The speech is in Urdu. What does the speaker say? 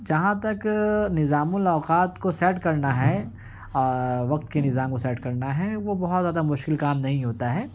جہاں تک نظام الاوقات کو سیٹ کرنا ہے وقت کے نظام کو سیٹ کرنا ہے وہ بہت زیادہ مشکل کام نہیں ہوتا ہے